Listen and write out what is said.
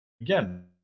again